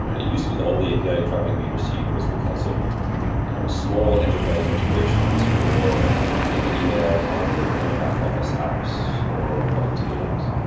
it used to be the all the api yeah traffic we receive was because of you know small enterprise integrations for you know e mail, calendar kind of back off as apps, or productivity apps.